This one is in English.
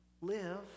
Live